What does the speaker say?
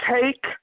take